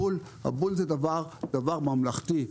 הבול הוא דבר ממלכתי.